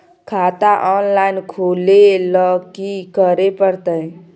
खाता ऑनलाइन खुले ल की करे परतै?